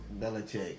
Belichick